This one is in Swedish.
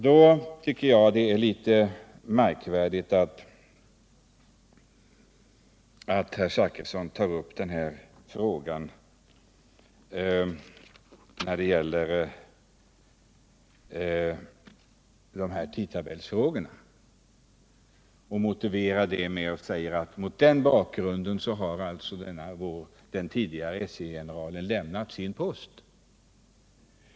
Då tycker jag det är litet märkvärdigt att herr Zachrisson tar upp de här tidtabellsfrågorna och motiverar det med att säga att mot den bakgrunden har den tidigare SJ-generalen lämnat sin post.